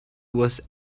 was